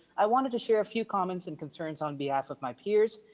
i wanted to share a few comments and concerns on behalf of my peers,